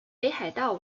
北海道